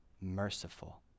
Merciful